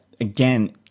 again